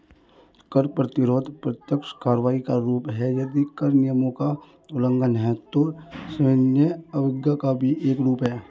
कर प्रतिरोध प्रत्यक्ष कार्रवाई का रूप है, यदि कर नियमों का उल्लंघन है, तो सविनय अवज्ञा का भी एक रूप है